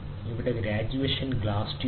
ഇവിടെ graduation glass tube ഉണ്ട്